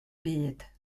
byd